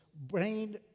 brain